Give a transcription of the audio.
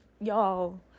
Y'all